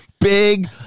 big